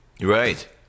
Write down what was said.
Right